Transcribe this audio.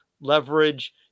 leverage